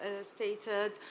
stated